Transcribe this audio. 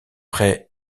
près